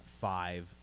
five